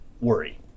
worry